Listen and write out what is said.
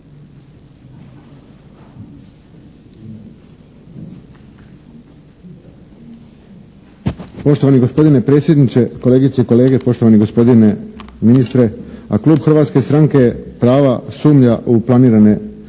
Poštovani gospodine predsjedniče, kolegice i kolege, poštovani gospodine ministre! A klub Hrvatske stranke prava sumnja u planirane dosege